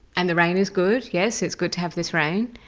and the rain is good, yes it's good to have this rain,